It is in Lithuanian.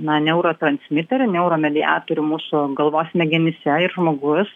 na neurotransmiterį neuromediatorių mūsų galvos smegenyse ir žmogus